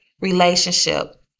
relationship